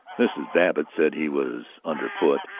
mrs. babbitt said he was under foot,